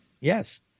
Yes